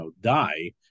die